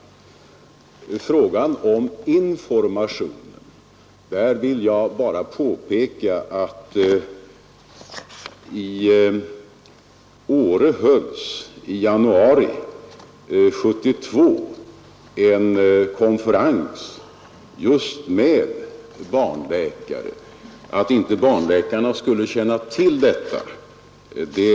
Vad gäller frågan om informationen vill jag bara påpeka att i januari Nr 74 1972 hölls en konferens i Åre just med barnläkare. Det är ganska orimligt Torsdagen den att inte barnläkarna skulle känna till denna anläggning.